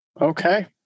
Okay